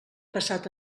passat